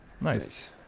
Nice